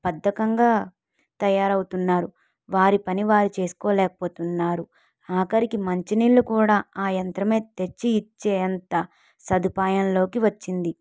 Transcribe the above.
బద్దకంగా తయారవుతున్నారు వారి పని వారు చేసుకోలేకపోతున్నారు ఆఖరికి మంచినీళ్ళు కూడా ఆ యంత్రం తెచ్చి ఇచ్చే అంత సదుపాయంలోకి వచ్చింది